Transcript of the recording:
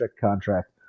contract